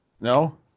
no